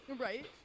Right